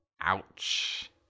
Ouch